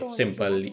simple